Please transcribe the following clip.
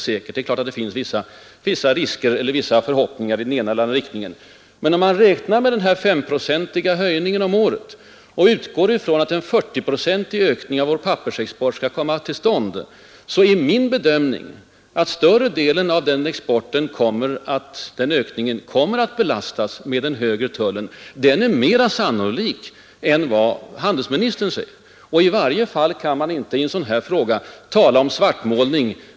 Självfallet finns det vissa farhågor eller förhoppningar i den ena eller den andra riktningen, men om man räknar med en S-procentig takhöjning om året och utgår från att en 40-procentig ökning av vår pappersexport skall komma till stånd är min bedömning den att större delen av denna ökning kommer att belastas med den högre tullen. Detta är mera sannolikt än det som handelsministern påstår. I varje fall kan man inte i en sådan här fråga tala om ”svartmålning”.